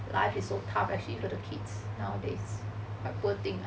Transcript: life is tough especially for the kids nowadays poor thing